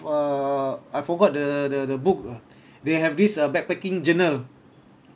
!wah! I forgot the the the book ah they have this uh backpacking journal